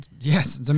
yes